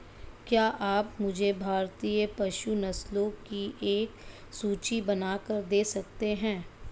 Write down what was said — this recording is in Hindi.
क्या आप मुझे भारतीय पशु नस्लों की एक सूची बनाकर दे सकते हैं?